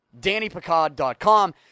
DannyPicard.com